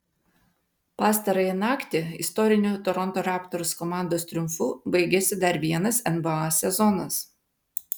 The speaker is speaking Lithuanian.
pastarąjį naktį istoriniu toronto raptors komandos triumfu baigėsi dar vienas nba sezonas